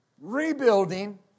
Rebuilding